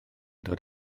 dod